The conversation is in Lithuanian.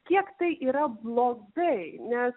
kiek tai yra blogai nes